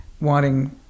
Wanting